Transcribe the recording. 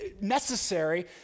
necessary